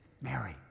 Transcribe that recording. Mary